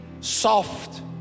soft